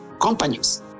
companies